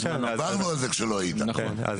גם אז